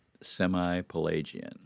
semi-Pelagian